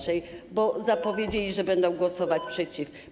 Zapowiedzieli, że będą głosować przeciw.